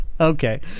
Okay